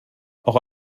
auch